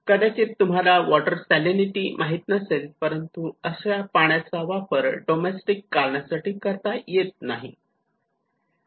कदाचित तुम्हाला water salinity माहित नसेल परंतु अशा पाण्याचा वापर डोमेस्टिक कारणासाठी करता येत नाही